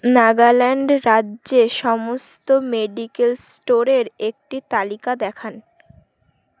নাগাল্যান্ড রাজ্যে সমস্ত মেডিকেল স্টোরের একটি তালিকা দেখান